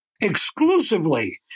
exclusively